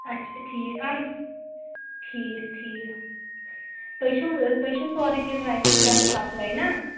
اچھا ٹھیٖک اہَن ٹھیٖک ٹھیٖک تُہۍ چھُو تُہۍ چھُو سورُے کیٚنٛہہ ڈرٛے فرٛوٗٹ کران سَپلاے نا